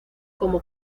como